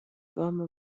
گام